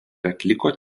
atliko